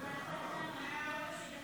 חוק סמכויות לשם